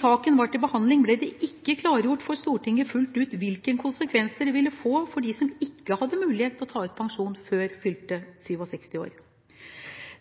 saken var til behandling, ble det ikke fullt ut klargjort for Stortinget hvilke konsekvenser det ville få for dem som ikke hadde mulighet til å ta ut pensjon før fylte 67 år.